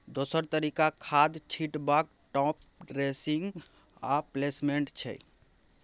दोसर तरीका खाद छीटबाक टाँप ड्रेसिंग आ प्लेसमेंट छै